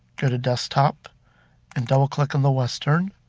go to desktop and double-click on the western.